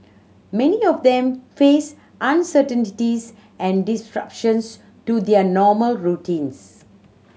many of them faced uncertainties and disruptions to their normal routines